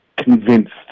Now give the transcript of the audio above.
convinced